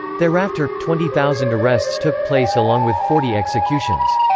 thereafter, twenty thousand arrests took place along with forty executions.